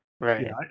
right